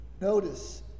Notice